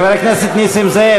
חבר הכנסת נסים זאב,